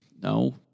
No